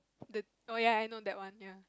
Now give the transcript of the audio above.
the oh ya I know that one ya